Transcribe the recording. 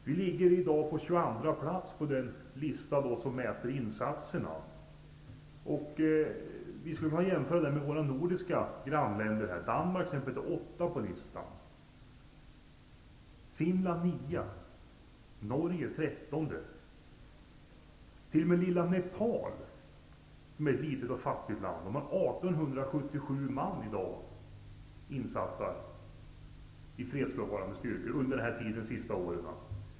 Vi ligger i dag på 22 plats på den lista som visar insatserna. Om vi jämför med våra nordiska grannländer finner vi Danmark på åttonde, Finland på nionde och Norge på 13. Nepal, som är ett litet och fattigt land, har 1877 man insatta i fredsbevarande styrkor under de senaste åren.